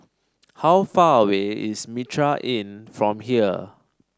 how far away is Mitraa Inn from here